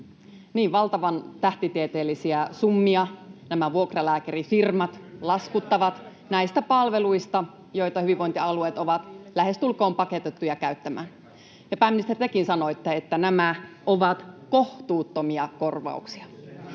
valtavan tähtitieteellisiä summia nämä vuokralääkärifirmat laskuttavat näistä palveluista, joita hyvinvointialueet ovat lähestulkoon pakotettuja käyttämään. Pääministeri, tekin sanoitte, että nämä ovat kohtuuttomia korvauksia.